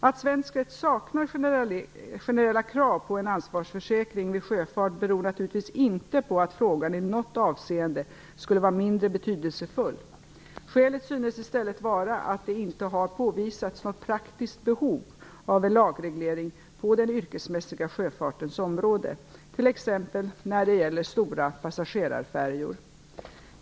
Att svensk rätt saknar generella krav på en ansvarsförsäkring vid sjöfart beror naturligtvis inte på att frågan i något avseende skulle vara mindre betydelsefull. Skälet synes i stället vara att det inte har påvisats något praktiskt behov av enlagreglering på den yrkesmässiga sjöfartens område, t.ex. när det gäller stora passagerarfärjor.